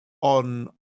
on